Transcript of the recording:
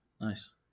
nice